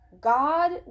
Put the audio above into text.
God